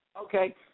Okay